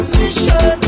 mission